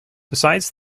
besides